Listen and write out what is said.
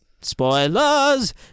Spoilers